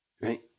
right